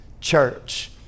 church